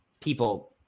people